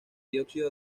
dióxido